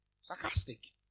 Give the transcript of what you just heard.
Sarcastic